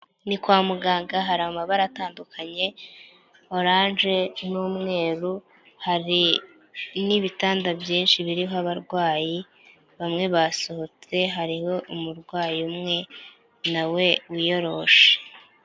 Ni kwa muganga hari amabara atandukanye oranje, n'umweru, hari n'ibitanda byinshi biriho abarwayi bamwe basohotse hariho umurwayi umwe nawe wiyoroshe.